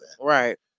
Right